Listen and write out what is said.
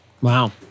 Wow